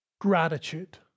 gratitude